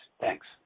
Thanks